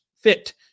fit